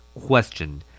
Question